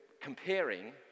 comparing